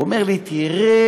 אומר לי: תראה,